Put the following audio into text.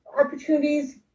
opportunities